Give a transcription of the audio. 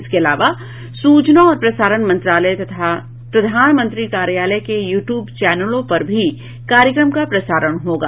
इसके अलावा सूचना और प्रसारण मंत्रालय तथा प्रधानमंत्री कार्यालय के यू ट्यूब चैनलों पर भी कार्यक्रम का प्रसारण होगा